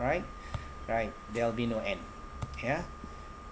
right right there'll be no end ya